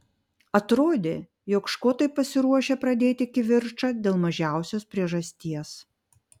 atrodė jog škotai pasiruošę pradėti kivirčą dėl mažiausios priežasties